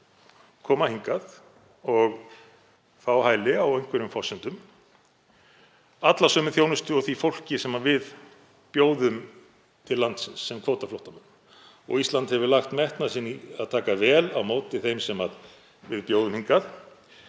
koma hingað og fá hæli á einhverjum forsendum alla sömu þjónustu og því fólki sem við bjóðum til landsins sem kvótaflóttamönnum. Ísland hefur lagt metnað sinn í að taka vel á móti þeim sem við bjóðum hingað